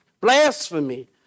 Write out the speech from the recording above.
blasphemy